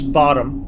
bottom